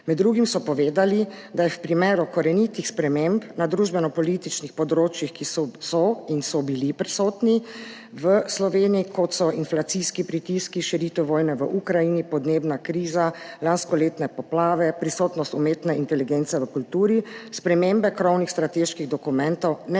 Med drugim so povedali, da je v primeru korenitih sprememb na družbeno-političnih področjih, ki so in so bili prisotni v Sloveniji, kot so inflacijski pritisk, širitev vojne v Ukrajini, podnebna kriza, lanskoletne poplave, prisotnost umetne inteligence v kulturi, spremembe krovnih strateških dokumentov ne